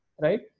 right